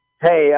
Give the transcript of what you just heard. Hey